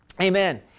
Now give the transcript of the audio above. Amen